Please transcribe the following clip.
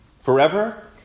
Forever